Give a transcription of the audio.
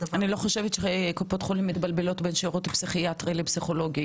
אני לא חושבת שקופות חולים מתבלבלים בין שירות פסיכיאטרי לפסיכולוגי.